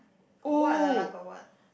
what ah got what